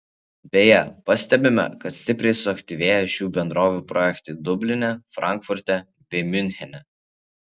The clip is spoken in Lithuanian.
beje pastebime kad stipriai suaktyvėjo šių bendrovių projektai dubline frankfurte bei miunchene